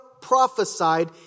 prophesied